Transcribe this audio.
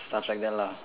stuff like that lah